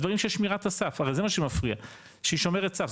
הדברים של שמירת הסף הרי זה מה שמפריע שהיא שומרת סף,